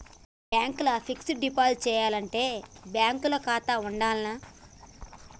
Bank ల fixed deposit చేయాలంటే bank ల ఖాతా ఉండాల్నా?